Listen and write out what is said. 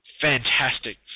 Fantastic